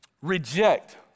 Reject